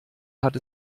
hat